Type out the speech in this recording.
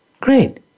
Great